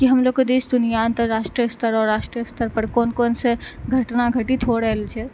की हमलोग के देश दुनिआ अन्तराष्ट्रीय स्तर और राष्ट्रीय स्तर पर कोन कोन से घटना घटित हो रहल छै